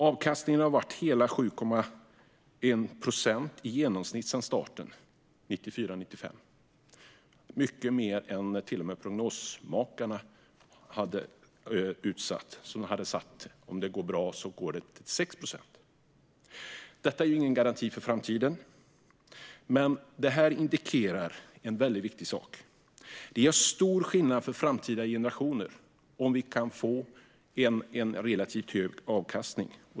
Avkastningen har varit hela 7,1 procent i genomsnitt sedan starten 1994-1995. Det är mycket mer än till och med vad prognosmakarna sa. Om det går bra blir det 6 procent, sa de. Detta är ingen garanti inför framtiden, men det indikerar en väldigt viktig sak. Det gör stor skillnad för framtida generationer om vi kan få en relativt hög avkastning.